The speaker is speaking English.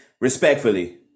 respectfully